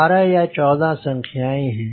12 या 14 संख्याएँ हैं